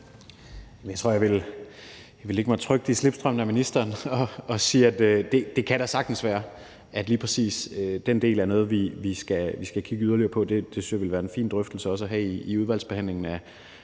jeg vil lægge mig trygt i slipstrømmen af ministeren og sige, at det da sagtens kan være, at lige præcis den del er noget, vi skal kigge yderligere på. Det synes jeg ville være en fin drøftelse også at have i udvalgsbehandlingen af